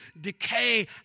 decay